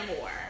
more